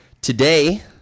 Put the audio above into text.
Today